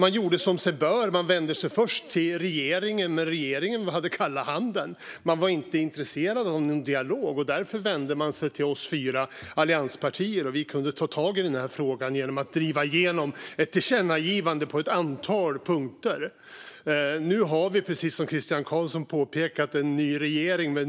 Man gjorde som sig bör och vände sig först till regeringen, men regeringen gav kalla handen och var inte intresserad av någon dialog. Därför vände man sig till oss fyra allianspartier, och vi kunde ta tag i frågan genom att driva igenom ett tillkännagivande gällande ett antal punkter. Nu har vi, precis som Christian Carlsson påpekat, en ny regering.